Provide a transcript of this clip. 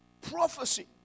prophecy